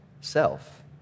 self